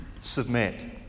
Submit